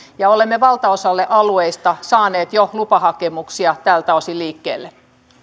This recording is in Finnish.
ja olemme valtaosalle alueista saaneet jo lupahakemuksia tältä osin liikkeelle